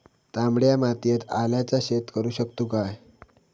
तामड्या मातयेत आल्याचा शेत करु शकतू काय?